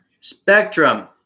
Spectrum